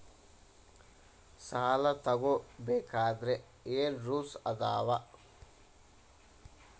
ಸಾಲ ತಗೋ ಬೇಕಾದ್ರೆ ಏನ್ ರೂಲ್ಸ್ ಅದಾವ?